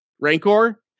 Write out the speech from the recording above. Rancor